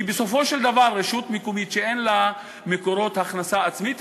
כי בסופו של דבר רשות מקומית שאין לה מקורות הכנסה עצמיים,